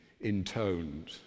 intoned